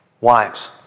Wives